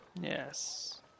Yes